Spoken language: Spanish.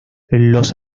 los